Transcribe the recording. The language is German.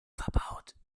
verbaut